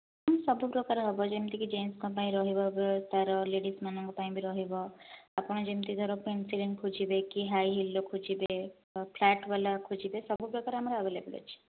ସବୁ ପ୍ରକାର ହେବ ଯେମିତି କି ଜେଣ୍ଟସଙ୍କ ପାଇଁ ରହିବ ତା ର ଲେଡ଼ିଜଙ୍କ ପାଇଁ ରହିବ ଆପଣ ଯେମିତି ଧର ପେନସିଲ ହିଲ୍ ଖୋଜିବେ କି ହାଇ ହିଲ୍ ର ଖୋଜିବେ କି ଫ୍ଲାଟ ଵାଲା ଖୋଜିବେ ସବୁ ପ୍ରକାର ଆମର ଅଭେଲେବୁଲ ଅଛି